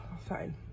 fine